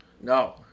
No